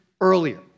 earlier